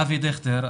אבי דיכטר,